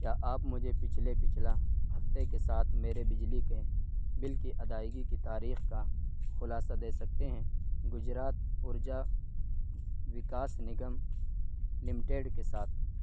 کیا آپ مجھے پچھلے پچھلا ہفتے کے ساتھ میرے بجلی کے بل کی ادائیگی کی تاریخ کا خلاصہ دے سکتے ہیں گجرات ارجا وکاس نگم لمٹیڈ کے ساتھ